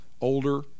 older